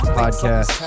podcast